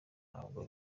ntabwo